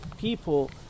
people